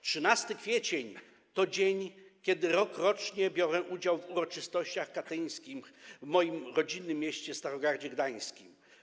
13 kwietnia to dzień, kiedy rokrocznie biorę udział w uroczystościach katyńskich w moim rodzinnym mieście, Starogardzie Gdańskim.